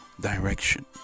direction